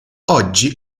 oggi